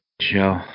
show